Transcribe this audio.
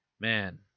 man